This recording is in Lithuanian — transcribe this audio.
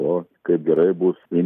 o kaip gerai bus in